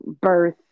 birth